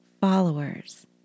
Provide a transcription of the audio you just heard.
followers